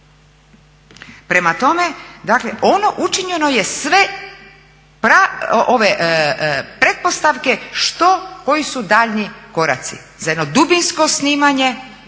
Prema tome, dakle ono učinjeno je sve ove pretpostavke što koji su daljnji koraci za jedno dubinsko snimanje